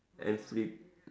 every